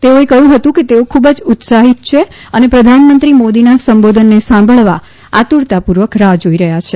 તેઓએ કહ્યું કે તેઓ ખૂબ જ ઉત્સાહિત છે અને પ્રધાનમંત્રી મોદીના સંબોધનને સાંભળવા આતુરતાપૂર્વક રાહ્ જાઇ રહ્યા છે